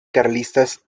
carlistas